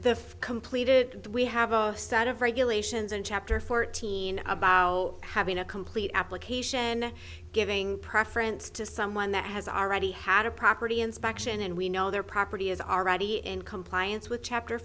the completed we have a set of regulations in chap fourteen about having a complete application giving preference to someone that has already had a property inspection and we know their property is already in compliance with chapter